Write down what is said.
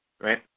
right